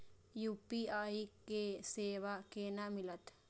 UPI के सेवा केना मिलत?